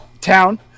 town